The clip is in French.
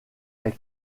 est